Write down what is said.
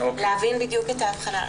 להבין בדיוק את ההבחנה.